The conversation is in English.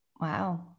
wow